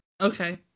Okay